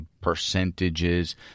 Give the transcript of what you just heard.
percentages